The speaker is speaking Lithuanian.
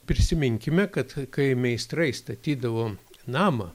prisiminkime kad kai meistrai statydavo namą